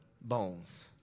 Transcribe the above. bones